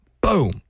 boom